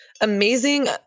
amazing